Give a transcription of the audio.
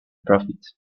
profit